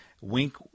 wink